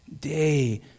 day